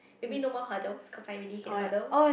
maybe no more hurdles cause I really hate hurdle